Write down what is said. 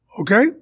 Okay